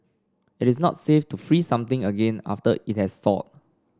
it is not safe to freeze something again after it has thawed